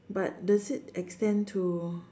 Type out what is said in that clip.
but does it extend to